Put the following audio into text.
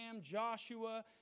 Joshua